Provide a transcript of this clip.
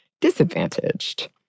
disadvantaged